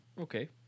Okay